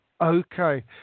Okay